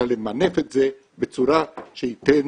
אלא למנף את זה בצורה שתיתן